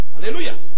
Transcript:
Hallelujah